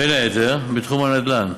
בין היתר בתחום הנדל"ן.